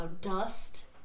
dust